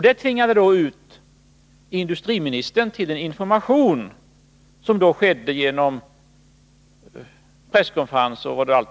Detta tvingade då industriministern att ge information, som lämnades vid bl.a. presskonferenser.